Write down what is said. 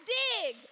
dig